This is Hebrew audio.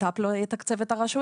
הבט"פ לא יתקצב את הרשויות.